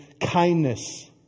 kindness